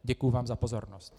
Děkuju vám za pozornost.